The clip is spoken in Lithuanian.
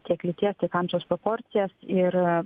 tiek lyties tiek amžiaus proporcijas ir